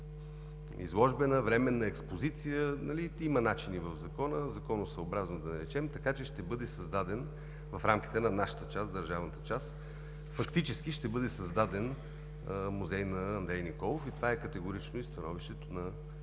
изложбена, временна експозиция, има начини в закона, така че ще бъде създаден в рамките на нашата – държавната част, фактически ще бъде създаден музей на Андрей Николов. Това категорично е и становището на